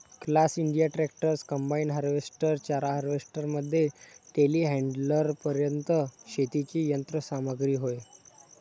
class India tractors, combine harvester, चारा harvester मध्ये टेलीहँडलरपर्यंत शेतीची यंत्र सामग्री होय